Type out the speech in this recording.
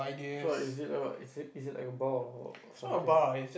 what is it what is it is it like a bar or something